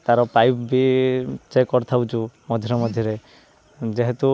ତା'ର ପାଇପ୍ ବି ଚେକ୍ କରିଥାଉଛୁ ମଝିରେ ମଝିରେ ଯେହେତୁ